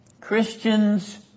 Christians